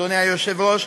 אדוני היושב-ראש,